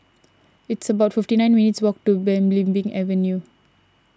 it's about fifty nine minutes' walk to Belimbing Avenue